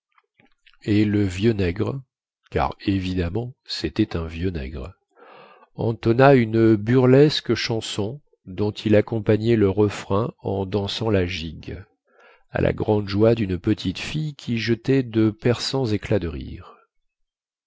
entonna une burlesque chanson dont il accompagnait le refrain en dansant la gigue à la grande joie dune petite fille qui jetait de perçants éclats de rire